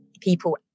people